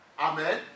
Amen